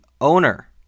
owner